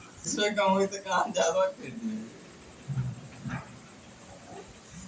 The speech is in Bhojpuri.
शुष्क खेती कम बारिश वाला क्षेत्र में ज़्यादातर होला